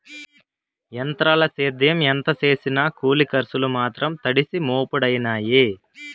ఎంత్రాల సేద్యం ఎంత సేసినా కూలి కర్సులు మాత్రం తడిసి మోపుడయినాయి